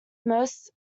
most